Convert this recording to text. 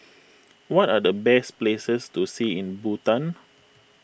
what are the best places to see in Bhutan